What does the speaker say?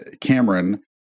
Cameron